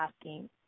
asking